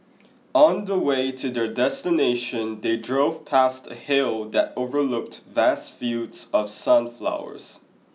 on the way to their destination they drove past a hill that overlooked vast fields of sunflowers